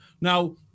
Now